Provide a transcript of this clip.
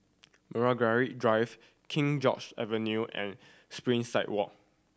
Margaret Drive King George Avenue and Springside Walk